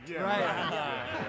Right